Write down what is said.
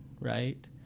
right